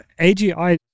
AGI